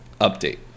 Update